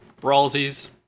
Brawlsies